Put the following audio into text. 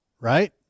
right